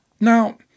Now